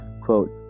Quote